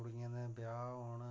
कुड़ियें दे ब्याह् होन